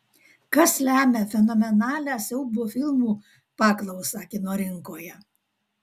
kas lemia fenomenalią siaubo filmų paklausą kino rinkoje